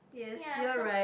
ya so